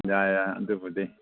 ꯌꯥꯏ ꯌꯥꯏ ꯑꯗꯨꯕꯨꯗꯤ